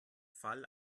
fall